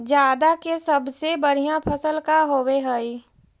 जादा के सबसे बढ़िया फसल का होवे हई?